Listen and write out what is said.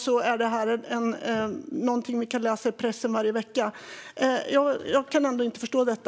Men i dag är detta någonting som vi kan läsa om i pressen varje vecka. Jag kan ändå inte förstå detta.